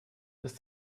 ist